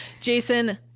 Jason